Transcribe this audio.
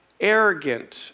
arrogant